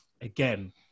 again